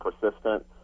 persistent